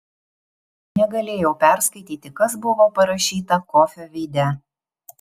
negalėjau perskaityti kas buvo parašyta kofio veide